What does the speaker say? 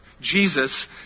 Jesus